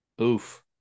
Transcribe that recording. Oof